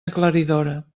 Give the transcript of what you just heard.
aclaridora